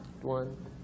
one